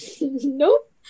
nope